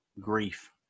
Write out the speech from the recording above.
grief